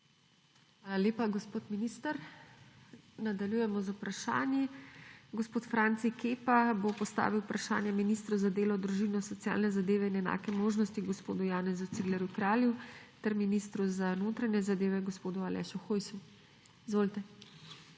lepa, gospod minister. Nadaljujemo z vprašanji. Gospod Franci Kepa bo postavil vprašanje ministru za delo, družino, socialne zadeve in enake možnosti gospodu Janezu Ciglerju Kralju ter ministru za notranje zadeve gospodu Alešu Hojsu. Izvolite.